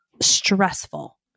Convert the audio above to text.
stressful